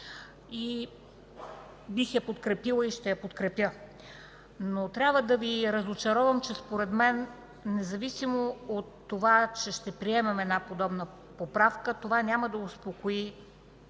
Бих я подкрепила и ще я подкрепя. Обаче трябва да Ви разочаровам, че според мен, независимо че ще приемем подобна поправка, това няма да успокои